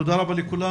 תודה רבה לכולם.